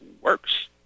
works